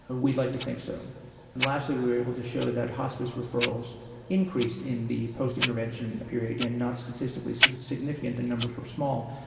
ah we'd like to think so. and lastly we were able to show that hospice referrals increased in the post-intervention period, again not statistically so significant, the numbers were small,